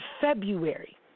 February